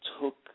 took